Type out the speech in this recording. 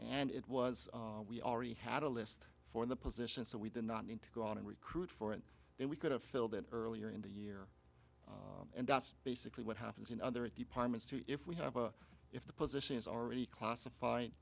and it was we already had a list for the position so we did not need to go on and recruit for it then we could have filled it earlier in the year and that's basically what happens in other departments if we have a if the position is already classif